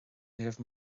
raibh